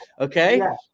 Okay